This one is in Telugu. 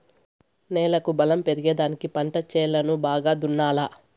నేలకు బలం పెరిగేదానికి పంట చేలను బాగా దున్నాలా